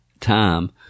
time